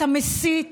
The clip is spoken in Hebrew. אתה מסית